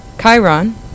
Chiron